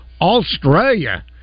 Australia